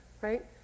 right